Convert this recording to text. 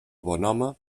bonhome